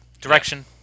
direction